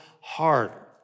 heart